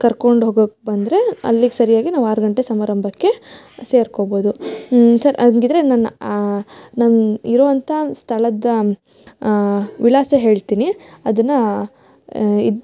ಕರ್ಕೊಂಡು ಹೋಗೋಕೆ ಬಂದರೆ ಅಲ್ಲಿಗೆ ಸರಿಯಾಗಿ ನಾವು ಆರು ಗಂಟೆಗೆ ಸಮಾರಂಭಕ್ಕೆ ಸೇರ್ಕೊಬೋದು ಸರ್ ಹಂಗಿದ್ರೆ ನನ್ನ ನಾನು ಇರೋವಂಥ ಸ್ಥಳದ ವಿಳಾಸ ಹೇಳ್ತೀನಿ ಅದನ್ನು ಇದು